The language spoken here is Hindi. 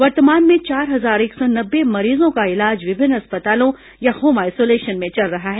वर्तमान में चार हजार एक सौ नब्बे मरीजों का इलाज विभिन्न अस्पतालों या होम आइसोलेशन में चल रहा है